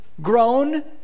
grown